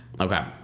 Okay